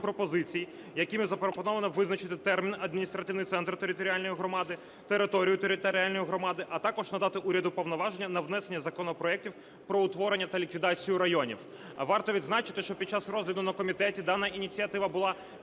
пропозицій, якими запропоновано визначити термін "адміністративний центр територіальної громади", територію територіальної громади, а також надати уряду повноваження на внесення законопроектів про утворення та ліквідацію районів. Варто відзначити, що під час розгляду на комітеті дана ініціатива була